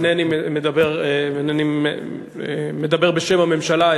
אינני מדבר בשם הממשלה.